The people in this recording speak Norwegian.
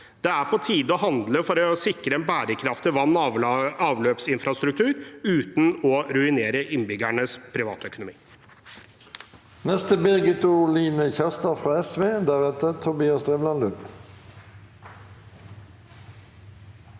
Det er på tide å handle for å sikre en bærekraftig vann- og avløpsinfrastruktur uten å ruinere innbyggernes privatøkonomi.